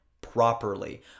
properly